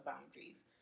boundaries